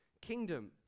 kingdom